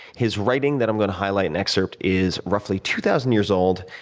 his writing that i'm going to highlight and excerpt is roughly two thousand years old,